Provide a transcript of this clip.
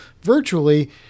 virtually